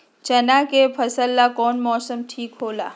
चाना के फसल ला कौन मौसम ठीक होला?